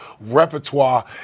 repertoire